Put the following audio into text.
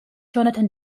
jonathan